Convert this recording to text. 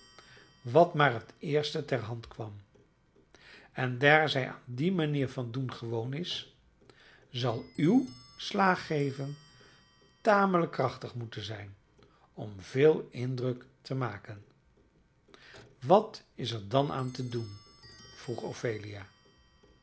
wat maar het eerst ter hand kwam en daar zij aan die manier van doen gewoon is zal uw slaag geven tamelijk krachtig moeten zijn om veel indruk te maken wat is er dan aan te doen